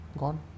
gone